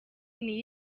niyo